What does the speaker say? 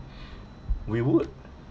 we would